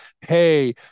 Hey